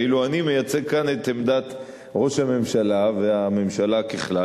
ואילו אני מייצג כאן את עמדת ראש הממשלה והממשלה ככלל,